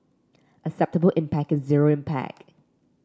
acceptable impact is zero impact